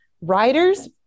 writers